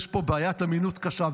יש פה בעיית אמינות קשה.